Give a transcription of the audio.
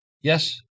yes